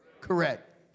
Correct